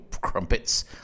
crumpets